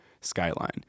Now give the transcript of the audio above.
skyline